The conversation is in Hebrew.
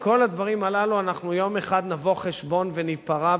בכל הדברים האלה אנחנו יום אחד נבוא חשבון וניפרע,